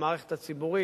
המערכת הציבורית,